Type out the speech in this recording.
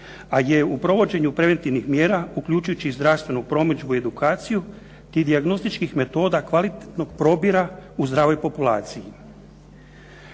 a gdje u provođenju preventivnih mjera, uključujući zdravstvenu promidžbu i edukaciju, tih dijagnostičkih metoda kvalitetnog probira u zdravoj populaciji.